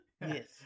Yes